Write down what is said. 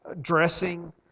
dressing